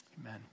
Amen